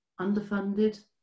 underfunded